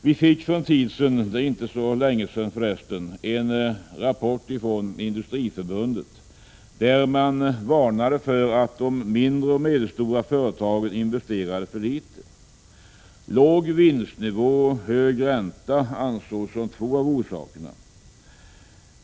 Vi fick för inte så länge sedan en rapport från Industriförbundet, där man varnade för att de mindre och medelstora företagen investerade för litet. Låg vinstnivå och hög ränta ansågs som två av orsakerna.